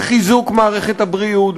בחיזוק מערכת הבריאות,